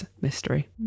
mystery